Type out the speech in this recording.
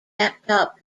laptop